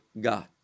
god